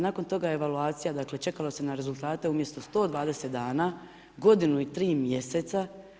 Nakon toga je evaluacija, dakle čekalo se na rezultate umjesto 120 dana, godinu i tri mjeseca.